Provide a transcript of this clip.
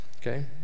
okay